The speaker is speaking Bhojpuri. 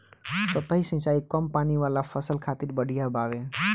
सतही सिंचाई कम पानी वाला फसल खातिर बढ़िया बावे